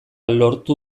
lortu